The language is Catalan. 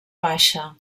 baixa